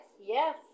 yes